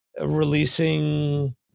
releasing